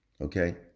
Okay